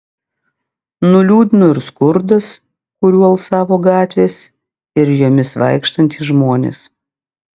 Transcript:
nuliūdino ir skurdas kuriuo alsavo gatvės ir jomis vaikštantys žmonės